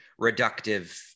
reductive